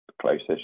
closest